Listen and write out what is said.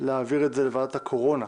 להעביר לוועדת הקורונה.